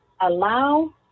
allow